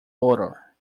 odor